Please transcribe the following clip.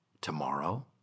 Tomorrow